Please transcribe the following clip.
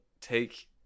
take